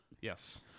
Yes